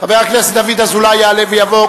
חבר הכנסת דוד אזולאי יעלה ויבוא,